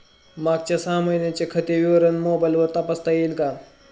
मागच्या सहा महिन्यांचे खाते विवरण मोबाइलवर तपासता येईल का?